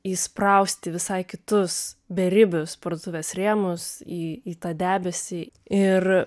įsprausti visai į kitus beribius parduotuvės rėmus į į tą debesį ir